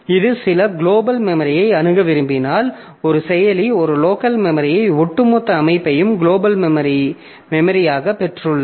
இது சில குளோபல் மெமரியை அணுக விரும்பினால் ஒரு செயலி ஒரு லோக்கல் மெமரியை ஒட்டுமொத்த அமைப்பையும் குளோபல் மெமரியாகப் பெற்றுள்ளது